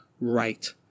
right